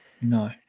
No